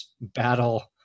battle